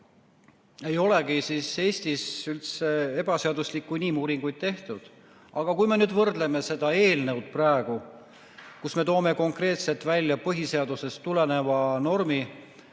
ei olegi Eestis üldse ebaseaduslikke inimuuringuid tehtud. Aga kui me võrdleme seda eelnõu praegu, kus me toome konkreetselt välja põhiseadusest tuleneva normi,